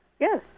Yes